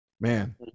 Man